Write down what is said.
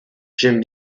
j’aime